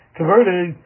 converted